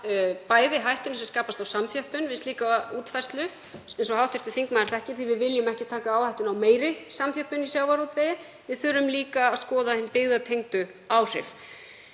að hættunni sem skapast á samþjöppun við slíka útfærslu, eins og hv. þingmaður þekkir, því að við viljum ekki taka áhættu á meiri samþjöppun í sjávarútvegi, og við þurfum líka að skoða hin byggðatengdu áhrif.